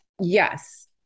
Yes